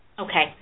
Okay